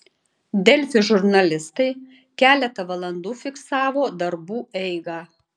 delfi žurnalistai keletą valandų fiksavo darbų eigą